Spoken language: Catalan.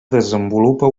desenvolupa